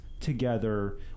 together